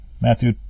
Matthew